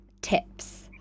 tips